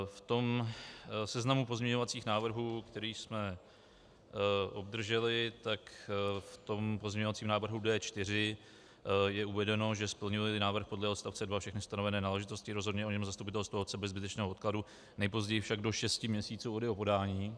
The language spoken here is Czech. V tom seznamu pozměňovacích návrhů, který jsme obdrželi, v pozměňovacím návrhu D4 je uvedeno, že splňujeli návrh podle odst. 2 všechny stanovené náležitosti, rozhodne o něm zastupitelstvo obce bez zbytečného odkladu, nejpozději však do šesti měsíců od jeho podání.